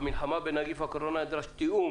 במלחמה בנגיף הקורונה נדרש תיאום